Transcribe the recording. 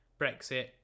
Brexit